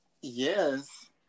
Yes